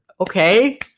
Okay